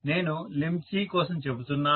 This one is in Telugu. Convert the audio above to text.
నేను లింబ్ C కోసం చెబుతున్నాను